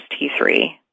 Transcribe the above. T3